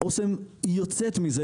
אסם יוצאת מזה,